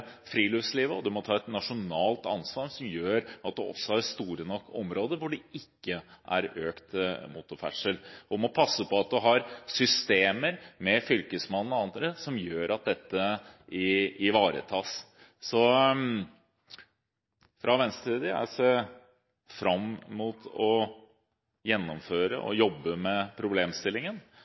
friluftslivet. Og man må ta et nasjonalt ansvar som gjør at det er store nok områder hvor det ikke er økt motorferdsel. Man må også passe på at man har systemer, med Fylkesmannen og andre, som gjør at dette ivaretas. Så fra Venstres side ser jeg fram mot å jobbe med problemstillingen.